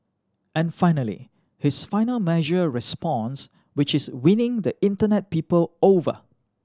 and finally his final measured response which is winning the Internet people over